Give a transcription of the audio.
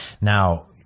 Now